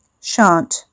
Shan't